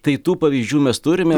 tai tų pavyzdžių mes turime